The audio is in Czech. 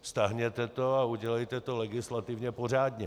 Stáhněte to a udělejte to legislativně pořádně.